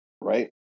right